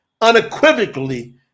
unequivocally